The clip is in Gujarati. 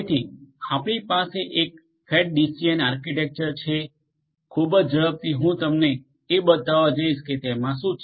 તેથી આપણી પાસે એક ફેટ ટ્રી ડીસીએન આર્કિટેક્ચર છે ખૂબ જ ઝડપથી હું તમને એ બતાવવા જઈશ કે તેમાં શું છે